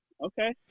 Okay